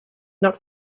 not